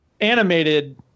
animated